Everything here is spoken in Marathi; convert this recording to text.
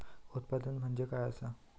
उत्पादन म्हणजे काय असा?